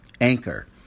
Anchor